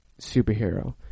superhero